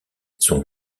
son